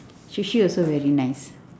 sushi also very nice